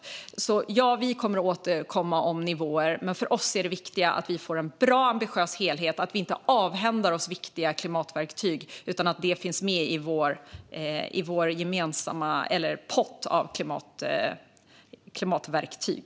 Vi socialdemokrater kommer alltså att återkomma om nivåerna, men för oss är det viktiga att det blir en bra, ambitiös helhet och att vi inte avhänder oss viktiga klimatverktyg. De måste finnas med i vår gemensamma pott av klimatverktyg.